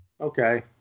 okay